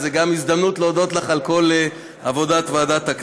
אז זו גם הזדמנות להודות לך על כל עבודת הכנסת,